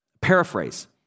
paraphrase